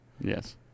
yes